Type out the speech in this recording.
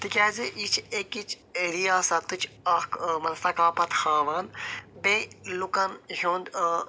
تِکیٛازِ یہِ چھِ اکِچ ریاستٕچ اَکھ مطلب ثقافت ہاوان بییٚہِ لوٗکن ہُنٛد آ